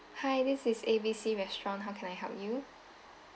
hi this is A B C restaurant how can I help you